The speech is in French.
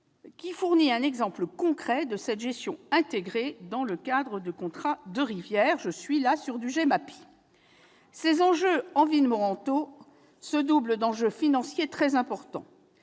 qui fournit un exemple concret de la gestion intégrée dans le cadre du contrat de rivière, une compétence GEMAPI. Ces enjeux environnementaux se doublent d'enjeux financiers très importants.